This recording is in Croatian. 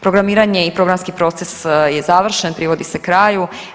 Programiranje i programski proces je završen, privodi se kraju.